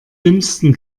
dümmsten